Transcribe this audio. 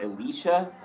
Elisha